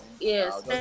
Yes